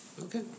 Okay